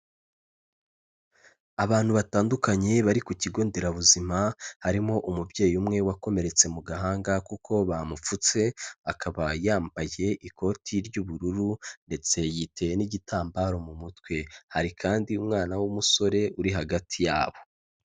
Abantu batandukanye bari ku Kigo Nderabuzima, harimo umubyeyi umwe wakomeretse mu gahanga kuko bamupfutse, akaba yambaye ikoti ry'ubururu ndetse yiteye n'igitambaro mu mutwe. Hari kandi umwana w'umusore uri hagati yabo.